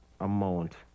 amount